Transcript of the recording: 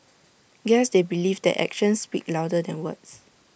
guess they believe that actions speak louder than words